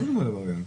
בכלל חיוביים.